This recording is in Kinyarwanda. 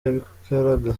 yabikoraga